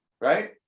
right